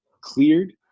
cleared